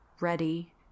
ready